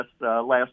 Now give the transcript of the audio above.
last